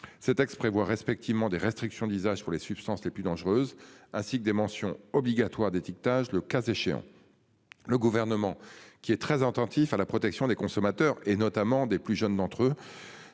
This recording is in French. textes prévoient respectivement des restrictions d'usage pour les substances les plus dangereuses, ainsi que des mentions obligatoires d'étiquetage, le cas échéant. Le gouvernement qui est très attentif à la protection des consommateurs et notamment des plus jeunes d'entre eux.